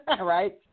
right